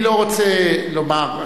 אני לא רוצה לומר,